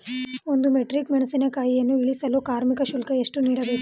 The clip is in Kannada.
ಒಂದು ಮೆಟ್ರಿಕ್ ಮೆಣಸಿನಕಾಯಿಯನ್ನು ಇಳಿಸಲು ಕಾರ್ಮಿಕ ಶುಲ್ಕ ಎಷ್ಟು ನೀಡಬೇಕು?